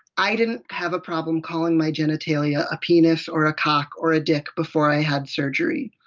i didn't have a problem calling my genitalia a a penis or a cock or a dick before i had surgery.